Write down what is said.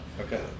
Okay